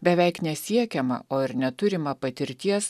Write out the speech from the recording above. beveik nesiekiama o ir neturima patirties